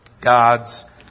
God's